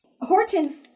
Horton